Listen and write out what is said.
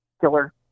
killer